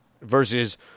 versus